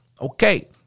Okay